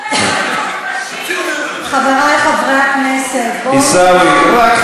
שיהיה לחץ מבחוץ, כי אני לא יכול, בבקשה, גברתי.